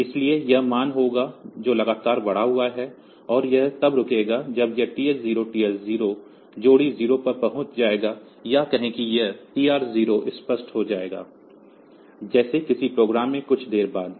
इसलिए यह मान होगा जो लगातार बढ़ा हुआ है और यह तब रुकेगा जब यह TH 0 TL 0 जोड़ी 0 पर पहुंच जाएगा या कहें कि यह TR 0 स्पष्ट हो गया है जैसे किसी प्रोग्राम में कुछ देर बाद